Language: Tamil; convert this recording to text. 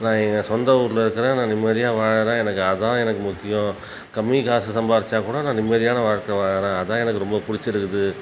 நான் எங்கள் சொந்த ஊரில் இருக்கிறேன் நான் நிம்மதியாக வாழுகிறேன் எனக்கு அதான் எனக்கு முக்கியம் கம்மி காசு சம்பாதிச்சாக்கூட நான் நிம்மதியான வாழ்க்க வாழுகிறேன் அதான் எனக்கு ரொம்ப பிடிச்சிருக்குது